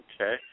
Okay